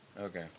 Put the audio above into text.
Okay